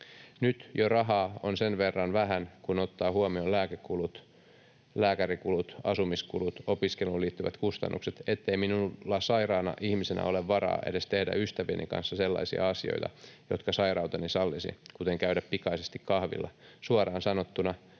Nyt jo rahaa on sen verran vähän, kun ottaa huomioon lääkekulut, lääkärikulut, asumiskulut, opiskeluun liittyvät kustannukset, ettei minulla sairaana ihmisenä ole varaa edes tehdä ystävieni kanssa sellaisia asioita, jotka sairauteni sallisi, kuten käydä pikaisesti kahvilla. Suoraan sanottuna